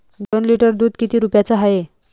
दोन लिटर दुध किती रुप्याचं हाये?